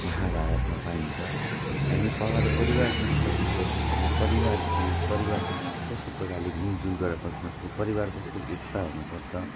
महाभारतमा पाइन्छ हामी पा परिवारसँग कसरी बस्नुपर्ने परिवार के हो परिवारसँग कस्तो प्रकारले मिलजुल गरेर बस्नु सकिन्छ परिवारको एकता हुनुपर्छ